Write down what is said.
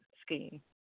scheme